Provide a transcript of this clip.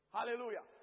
Hallelujah